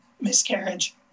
miscarriage